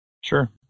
Sure